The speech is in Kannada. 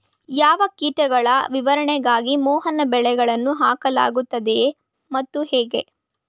ಯಾವ ಕೀಟಗಳ ನಿವಾರಣೆಗಾಗಿ ಮೋಹನ ಬಲೆಗಳನ್ನು ಹಾಕಲಾಗುತ್ತದೆ ಮತ್ತು ಹೇಗೆ?